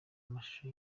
amashusho